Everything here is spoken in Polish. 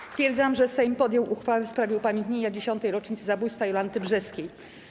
Stwierdzam, że Sejm podjął uchwałę w sprawie upamiętnienia 10. rocznicy zabójstwa Jolanty Brzeskiej.